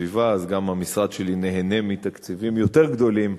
הסביבה גם המשרד שלי נהנה מתקציבים יותר גדולים